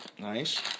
Nice